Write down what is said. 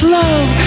love